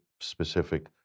specific